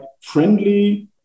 friendly